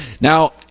Now